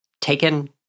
taken